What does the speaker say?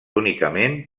únicament